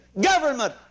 government